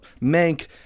Mank